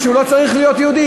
משום שהוא לא צריך להיות יהודי.